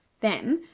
then,